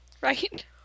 right